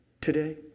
today